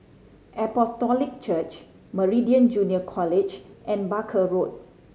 Apostolic Church Meridian Junior College and Barker Road